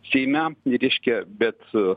seime reiškia bet